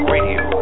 Radio